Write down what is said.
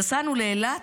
נסענו לאילת,